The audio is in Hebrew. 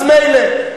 אז מילא.